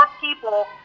people